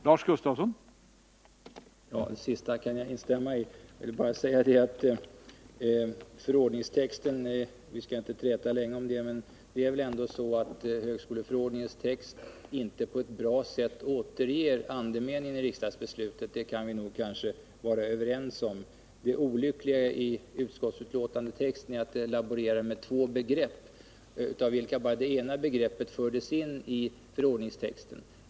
Herr talman! Det sista kan jag instämma i. Vi skall inte träta längre om förordningstexten, men det är väl ändå så att högskoleförordningens text inte på ett bra sätt återger andemeningen i riksdagsbeslutet. Det kan vi nog vara överens om. Det olyckliga i utskotts betänkandets text är att man där laborerar med två begrepp, av vilka bara det Nr 32 ena fördes in i förordningstexten.